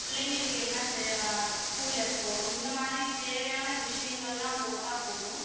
பிள்ளைங்களுக்கு என்ன செய்ய ஸ்கூல் எப்போது இந்தமாதிரி தேவையான விஷயங்கள்லாம் போட்டால் போதும்